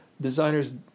designers